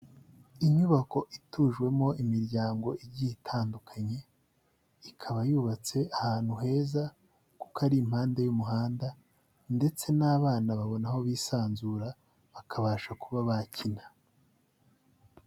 Inyubako itujwemo imiryango igitandukanye, ikaba yubatse ahantu heza kuko ari impande y'umuhanda ndetse n'abana babona aho bisanzura, bakabasha kuba bakina.